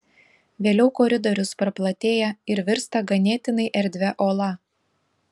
vėliau koridorius praplatėja ir virsta ganėtinai erdvia ola